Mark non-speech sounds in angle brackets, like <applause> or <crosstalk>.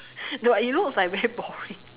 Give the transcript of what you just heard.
but it looks like very boring <laughs>